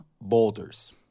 boulders